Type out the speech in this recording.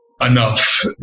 enough